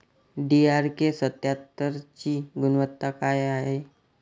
DRK सत्यात्तरची गुनवत्ता काय हाय?